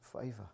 favor